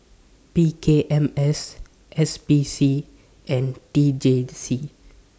P K M S S P C and T J C